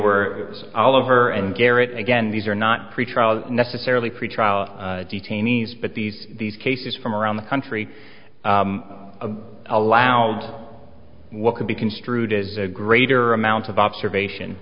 were all over and garrett again these are not pretrial necessarily pretrial detainees but these these cases from around the country allow and what could be construed as a greater amount of observation